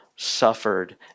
suffered